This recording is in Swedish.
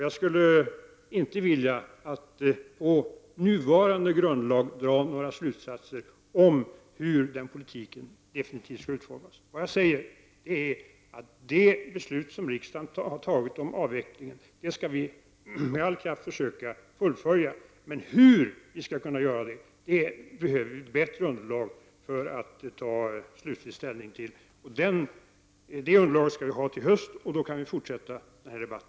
Jag skulle inte på nuvarande grundval vilja dra några slutsatser om hur den politiken definitivt skall utformas. Vad jag säger är att vi med all kraft skall försöka fullfölja det beslut som riksdagen har fattat om avvecklingen. Vi behöver emellertid ett bättre underlag för att kunna ta slutgiltig ställning till hur vi skall kunna göra detta. Det underlaget skall vi ha till hösten, och då kan vi fortsätta denna debatt.